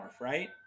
right